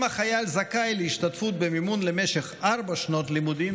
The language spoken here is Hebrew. אם החייל זכאי להשתתפות במימון למשך ארבע שנות לימודים,